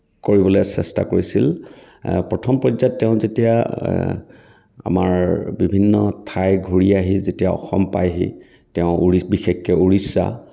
কৰিবলৈ চেষ্টা কৰিছিল প্ৰথম পৰ্যায়ত তেওঁ যেতিয়া আমাৰ বিভিন্ন ঠাই ঘূৰি আহি যেতিয়া অসম পায়হি তেওঁ বিশেষকৈ উৰিষ্যা